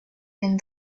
been